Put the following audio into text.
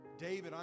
David